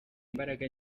imbaraga